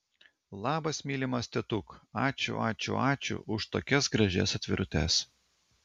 labas mylimas tetuk ačiū ačiū ačiū už tokias gražias atvirutes